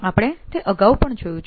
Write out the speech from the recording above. આપણે તે અગાઉ પણ જોયું છે